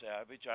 Savage